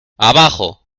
abajo